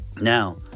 now